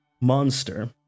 monster